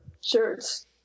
shirts